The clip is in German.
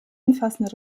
umfassende